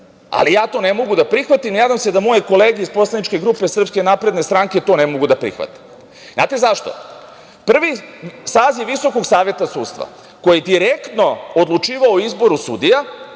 Ali, ja to ne mogu da prihvatim i nadam se da moje kolege iz poslaničke grupe SNS to ne mogu da prihvate. Znate zašto? Prvi saziv Visokog saveta sudstva, koji je direktno odlučivao o izboru sudija,